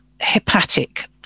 hepatic